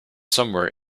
somewhere